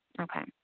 Okay